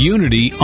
Unity